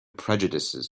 prejudices